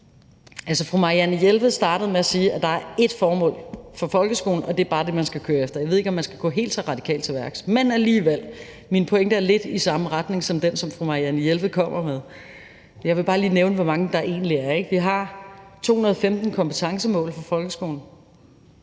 tallene. Fru Marianne Jelved startede med at sige, at der er ét formål for folkeskolen, og det er bare det, man skal køre efter. Jeg ved ikke, om man skal gå helt så radikalt til værks, men alligevel. Min pointe er lidt i samme retning som den, fru Marianne Jelved kommer med. Jeg vil bare lige nævne, hvor mange mål der egentlig er. Vi har 215 kompetencemål for folkeskolen,